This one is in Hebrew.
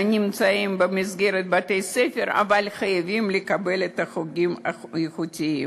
הנמצאים במסגרת בתי-הספר אבל חייבים לקבל את החוגים האיכותיים?